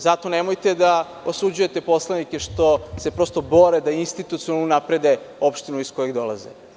Zato nemojte da osuđujete poslanike što se prosto bore da institucionalno unaprede opštinu iz koje dolaze.